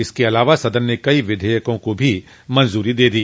इसके अलावा सदन ने कई विधेयकों को भी मंजूरी दे दी